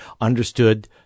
understood